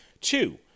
two